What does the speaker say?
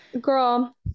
girl